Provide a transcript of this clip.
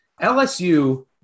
LSU